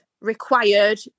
required